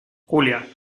julia